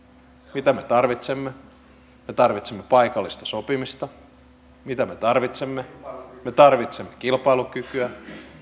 mitä me tarvitsemme me tarvitsemme paikallista sopimista mitä me tarvitsemme me tarvitsemme kilpailukykyä